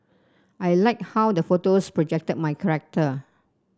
I like how the photos projected my character